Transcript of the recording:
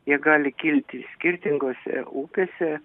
jie gali kilti skirtingose upėse